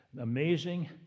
Amazing